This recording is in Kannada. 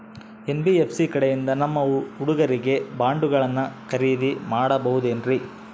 ಎನ್.ಬಿ.ಎಫ್.ಸಿ ಕಡೆಯಿಂದ ನಮ್ಮ ಹುಡುಗರಿಗಾಗಿ ಬಾಂಡುಗಳನ್ನ ಖರೇದಿ ಮಾಡಬಹುದೇನ್ರಿ?